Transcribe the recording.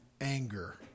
anger